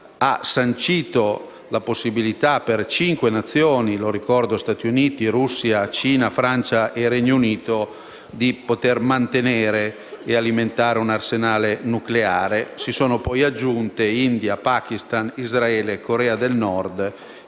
modo la possibilità per cinque Nazioni (le ricordo: Stati Uniti, Russia, Cina, Francia e Regno Unito) di poter mantenere e alimentare un arsenale nucleare. Si sono, poi, aggiunti India, Pakistan, Israele, Corea del Nord